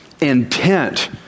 intent